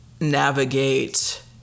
navigate